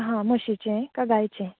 हां म्हशींचे कांय गायचें